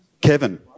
Kevin